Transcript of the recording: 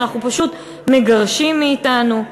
שאנחנו פשוט מגרשים מאתנו?